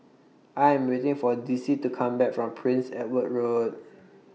I Am waiting For Dicie to Come Back from Prince Edward Road